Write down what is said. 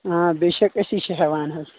آ بے شک أسی چھِ ہیٚوان حظ